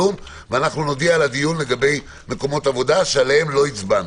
נודיע על הדיון לגבי מקומות עבודה שעליהם לא הצבענו.